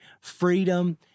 freedom